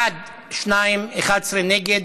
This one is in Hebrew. בעד, שניים, 11 נגד.